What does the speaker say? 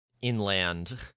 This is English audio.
inland